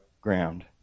ground